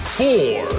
four